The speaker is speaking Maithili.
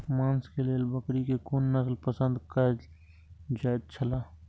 मांस के लेल बकरी के कुन नस्ल पसंद कायल जायत छला?